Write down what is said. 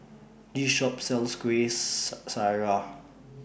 This Shop sells Kueh Syara